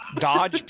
Dodge